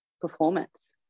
performance